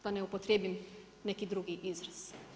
Da ne upotrijebim neki drugi izraz.